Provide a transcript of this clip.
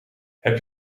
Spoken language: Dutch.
heb